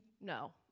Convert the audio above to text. no